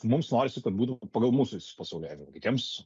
mums norisi kad būtų pagal mūsų pasaulėžiūrą kitiems